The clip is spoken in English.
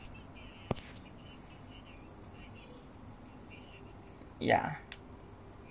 yeah